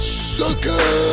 sucker